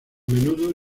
menudo